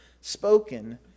spoken